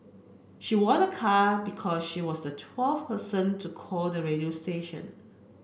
she won a car because she was the twelfth person to call the radio station